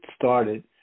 started